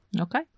Okay